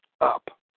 up